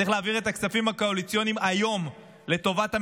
צריך להעביר את הכספים הקואליציוניים היום לטובת המילואימניקים.